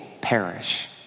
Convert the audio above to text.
perish